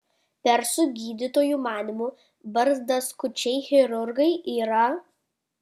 persų gydytojų manymu barzdaskučiai chirurgai yra